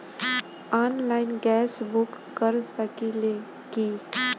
Online gas book कर सकिले की?